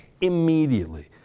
immediately